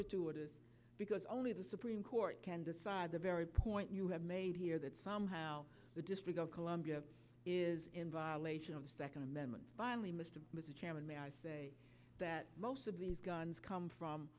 gratuitous because only the supreme court can decide the very point you have made here that somehow the district of columbia is in violation of the second amendment finally mr was a chairman may i say that most of these guns come from